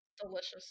Delicious